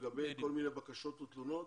לגבי כל מיני בקשות ותלונות